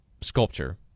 sculpture